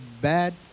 bad